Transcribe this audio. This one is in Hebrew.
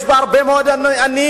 יש בה הרבה מאוד עניים,